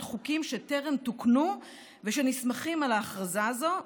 חוקים שטרם תוקנו ושנסמכים על הכרזה זו.